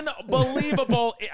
Unbelievable